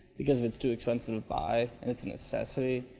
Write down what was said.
because if it's too expensive to buy, and it's a necessity,